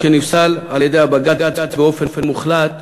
שנפסל על-ידי הבג"ץ באופן מוחלט,